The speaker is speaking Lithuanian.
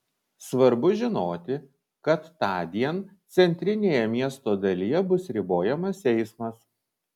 svarbu žinoti kad tądien centrinėje miesto dalyje bus ribojamas eismas